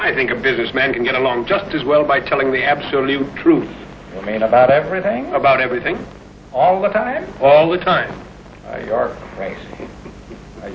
i think a businessman can get along just as well by telling the absolute truth about everything about everything all the time all the time